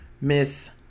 Miss